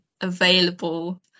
available